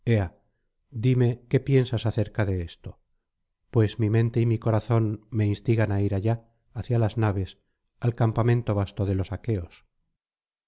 dime qué piensas acerca de esto pues mi mente y mi corazón me instigan á ir allá hacia las naves al campamento vasto de los aqueos